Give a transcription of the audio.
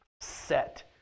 set